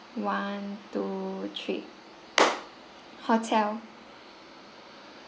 one two three hotel